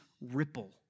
ripple